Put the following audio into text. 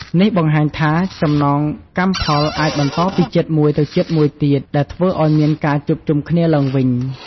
នេះបង្ហាញថាចំណងកម្មផលអាចបន្តពីជាតិមួយទៅជាតិមួយទៀត ដែលធ្វើឱ្យមានការជួបជុំគ្នាឡើងវិញ។